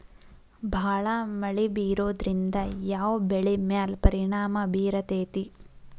ಭಾಳ ಮಳಿ ಬರೋದ್ರಿಂದ ಯಾವ್ ಬೆಳಿ ಮ್ಯಾಲ್ ಪರಿಣಾಮ ಬಿರತೇತಿ?